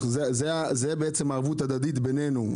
זו בעצם הערבות ההדדית בינינו.